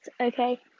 okay